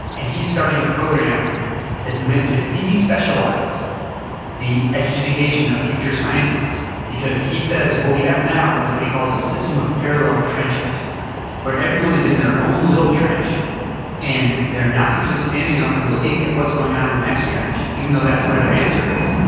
and he's starting a program that's meant to de-specialize the education of future scientists. because he says what we have now is what he calls a system of parallel trenches where everyone is in their own little trench and they're not usually standing up and looking at what's going on in the next trench, even though that's where their answer is.